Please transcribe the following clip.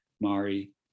Mari